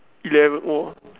eleven !whoa!